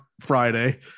Friday